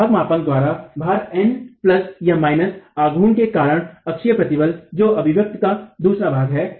अनुभाग मापांक द्वारा भार N प्लस या माइनस आघूर्ण के कारण अक्षीय प्रतिबल जो अभिव्यक्ति का दूसरा भाग है